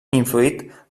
influït